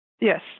Yes